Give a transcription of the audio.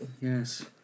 yes